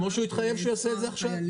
כמו שהוא התחייב שהוא יעשה את זה עכשיו,